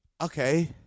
Okay